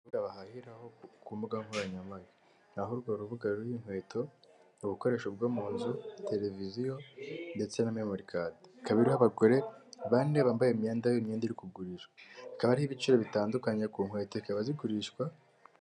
Urubuga bahahiraho ku mbuga nkoranyambaga. Aho urwo rubuga ruriho inkweto, ubukoresho bwo mu nzu, televiziyo ndetse na mimurikadi. Ikaba iriho abagore bane bambaye imyenda iri kugurishwa. Ikaba iriho ibiciro bitandukanye ku nkweto, zikaba zigurishwa.